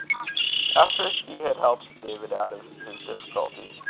after he had helped david out of his difficulty,